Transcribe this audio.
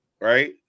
right